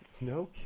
No